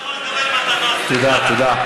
אני לא יכול לקבל מתנות, תודה.